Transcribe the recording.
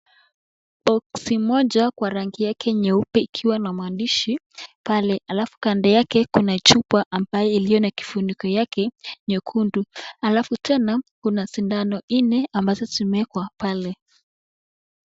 Boksi moja kwa rangi yake nyeupe ikiwa na maandishi pale halafu kando yake kuna chupa ambaye iko na kifuniko yake nyekundu halafu tena kuna sindano nne ambazo zimewekwa pale.